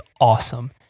awesome